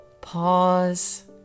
Pause